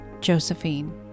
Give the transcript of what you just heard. Josephine